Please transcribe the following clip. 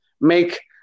make